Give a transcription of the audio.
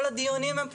כל הדיונים הם פומביים.